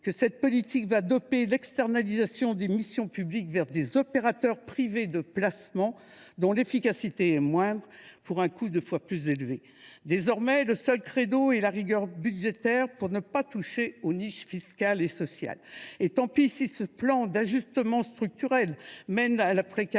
que cette politique dopera l’externalisation des missions publiques vers des opérateurs privés de placement, dont l’efficacité est moindre pour un coût deux fois plus élevé. Désormais, le seul credo est la rigueur budgétaire, et ce pour ne pas toucher aux niches fiscales et sociales. Tant pis si ce plan d’ajustement structurel mène à la précarisation